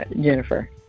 Jennifer